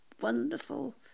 wonderful